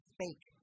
fake